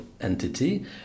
entity